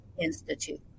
Institute